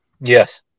Yes